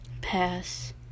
pass